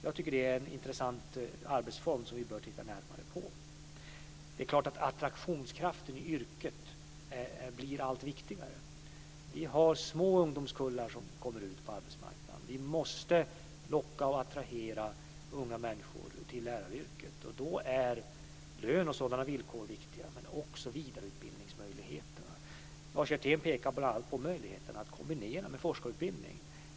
Jag tycker att det är en intressant arbetsform som vi bör titta närmare på. Det är klart att attraktionskraften i yrket blir allt viktigare. Vi har små ungdomskullar som kommer ut på arbetsmarknaden. Vi måste locka och attrahera unga människor till läraryrket, och då är lönen och sådana villkor viktiga men också vidareutbildningsmöjligheterna. Lars Hjertén pekade bl.a. på möjligheten att kombinera med forskarutbildning.